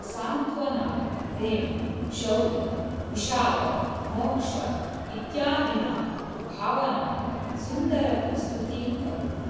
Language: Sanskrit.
सान्त्वना प्रेम शौर्यं विशादः मोक्षः इत्यादिनां भावनां सुन्दरप्रस्तुतीं करोति